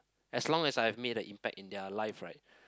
as long as I have made an impact in their life right